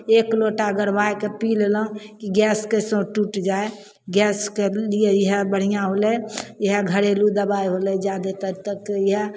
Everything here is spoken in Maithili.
एक लोटा गरमायके पी लेलहुँ गैसके सब टुटि जाइ गैसके लिए इएह बढ़िआँ होलय इएह घरेलू दवाइ होलय जादेतर सब तो इएह